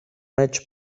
match